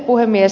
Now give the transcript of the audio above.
puhemies